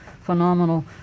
phenomenal